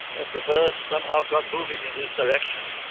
and the herd somehow got moving in his direction.